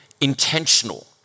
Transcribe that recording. intentional